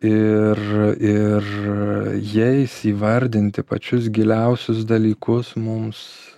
ir ir jais įvardinti pačius giliausius dalykus mums